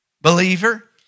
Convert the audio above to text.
believer